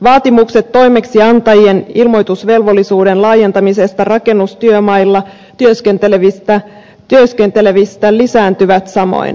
vaatimukset toimeksiantajien ilmoitusvelvollisuuden laajentamisesta rakennustyömailla työskentelevistä lisääntyvät samoin